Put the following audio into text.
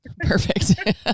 Perfect